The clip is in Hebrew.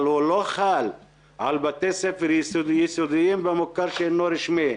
אבל הוא לא חל על בתי ספר יסודיים במוכר שאינו רשמי.